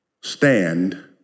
stand